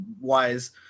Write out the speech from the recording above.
wise